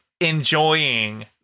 enjoying